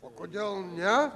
o kodėl ne